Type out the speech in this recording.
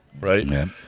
right